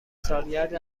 سالگرد